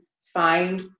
find